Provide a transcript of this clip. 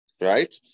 Right